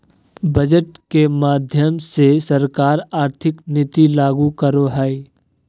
budget के माध्यम से सरकार आर्थिक नीति लागू करो हय